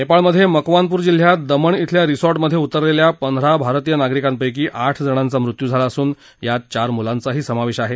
नेपाळमधे मकवानपूर जिल्ह्यात दमण खिल्या रिसॉटमधे उतरलेल्या पंधरा भारतीय नागरिकांपैकी आठ जणांचा मृत्यू झाला असून यात चार मुलांचाही समावेश आहे